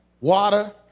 Water